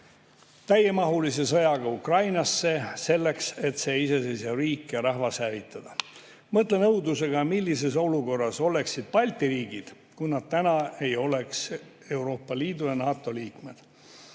täiemahulise sõjaga Ukrainasse, et see iseseisev riik ja rahvas hävitada. Mõtlen õudusega, millises olukorras oleksid Balti riigid, kui nad täna ei oleks Euroopa Liidu ja NATO liikmed.